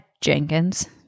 Jenkins